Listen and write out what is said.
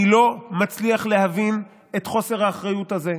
אני לא מצליח להבין את חוסר האחריות הזה.